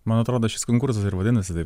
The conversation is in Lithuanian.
man atrodo šis konkursas ir vadinasi taip